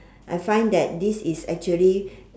I find that this is actually